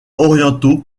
orientaux